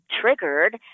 triggered